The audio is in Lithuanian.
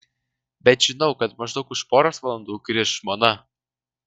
bet žinau kad maždaug už poros valandų grįš žmona